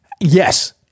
Yes